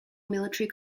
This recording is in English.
military